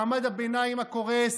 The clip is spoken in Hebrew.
מעמד הביניים הקורס,